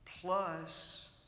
plus